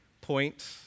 point